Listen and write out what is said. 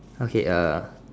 okay uh